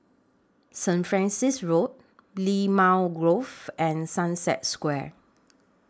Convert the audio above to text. Saint Francis Road Limau Grove and Sunset Square